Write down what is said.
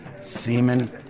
semen